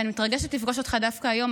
שאני מתרגשת לפגוש אותך דווקא היום.